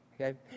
Okay